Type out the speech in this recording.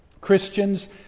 Christians